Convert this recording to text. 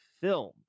film